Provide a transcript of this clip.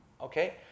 okay